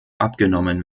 abgenommen